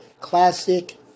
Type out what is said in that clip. Classic